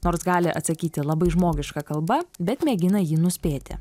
nors gali atsakyti labai žmogiška kalba bet mėgina jį nuspėti